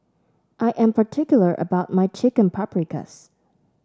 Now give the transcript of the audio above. I am particular about my Chicken Paprikas